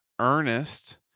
earnest